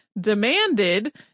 demanded